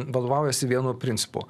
vadovaujasi vienu principu